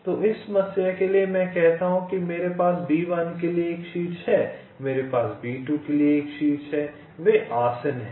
तो इस समस्या के लिए मैं कहता हूं कि मेरे पास B1 के लिए एक शीर्ष है मेरे पास B2 के लिए एक शीर्ष है वे आसन्न हैं